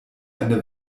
eine